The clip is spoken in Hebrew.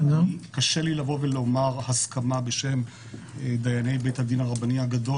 קשה לי לומר הסכמה בשם דייני בית הדין הרבני הגדול